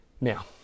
Now